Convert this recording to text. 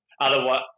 otherwise